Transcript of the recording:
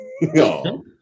No